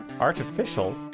Artificial